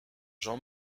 jean